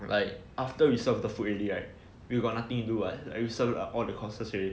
like after we serve the food already right we got nothing to do [what] we serve all the courses already